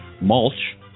Mulch